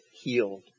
healed